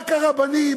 רק הרבנים,